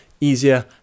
easier